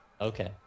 Okay